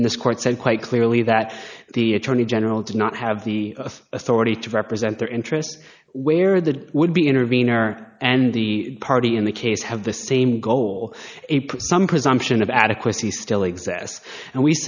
and this court said quite clearly that the attorney general does not have the authority to represent their interests where the would be intervene or and the party in the case have the same goal ape some presumption of adequacy still exists and we